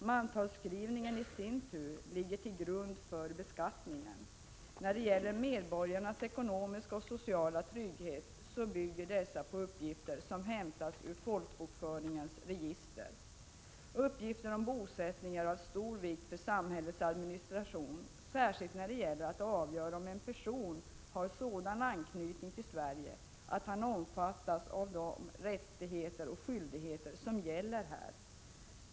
Mantalsskrivningen i sin tur ligger till grund för beskattning när det gäller medborgarnas ekonomiska och sociala trygghet och bygger på uppgifter som hämtas ur folkbokföringens register. Uppgifter om bosättning är av stor vikt för samhällets administration, särskilt när det gäller att avgöra om en person har sådan anknytning till Sverige att han omfattas av de rättigheter och skyldigheter som gäller här.